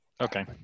Okay